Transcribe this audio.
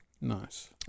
Nice